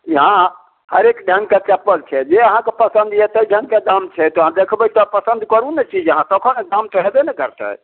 ना हरेक ढङ्ग कऽ चप्पल छै जे अहाँक पसन्द यऽ तै ढङ्ग के दाम छै तऽ अहाँ देखबै तब पसन्द करू ने चीज अहाँ तखन ने दाम तऽ होयबे ने करतै